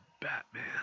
batman